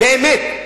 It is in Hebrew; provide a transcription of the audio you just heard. באמת,